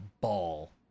ball